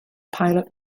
pilot